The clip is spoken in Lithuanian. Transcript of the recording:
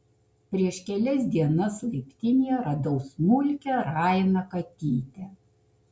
prieš kelias dienas laiptinėje radau smulkią rainą katytę